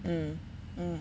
mmhmm